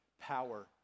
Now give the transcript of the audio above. power